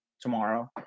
tomorrow